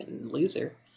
Loser